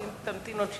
אז אם תמתין עוד שנייה,